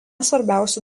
svarbiausių